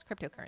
cryptocurrency